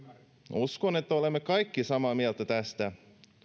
uskon että olemme kaikki samaa mieltä tästä